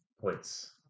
points